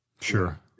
Sure